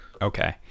Okay